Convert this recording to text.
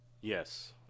Yes